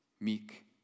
meek